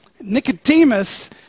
Nicodemus